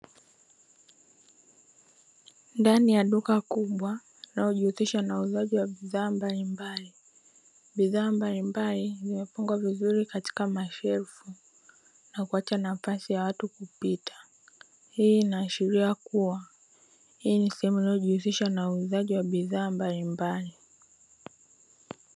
Ndani ya duka kubwa linalojihusisha na uuzaji wa bidhaa mbalimbali. Bidhaa mbalimbali zimefungwa katika mashelfu na kuacha nafasi ya watu kupita. Hii inaashiria kuwa hii ni sehemu inayojihusisha na uuzaji wa bidhaa mbalimbali.